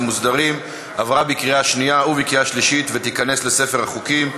מוסדרים) עברה בקריאה שנייה ובקריאה שלישית ותיכנס לספר החוקים.